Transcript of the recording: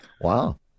Wow